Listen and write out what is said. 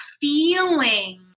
feeling